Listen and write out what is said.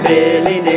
Billy